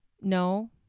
No